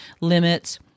limits